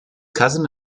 cousin